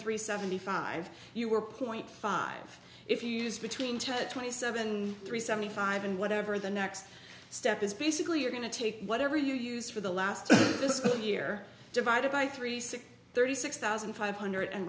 three seventy five you were point five if you use between turn twenty seven three seventy five and whatever the next step is basically you're going to take whatever you use for the last fiscal year divided by three six thirty six thousand five hundred and